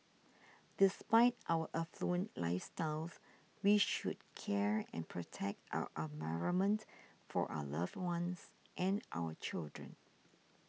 despite our affluent lifestyles we should care and protect our environment for our loved ones and our children